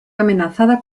amenazada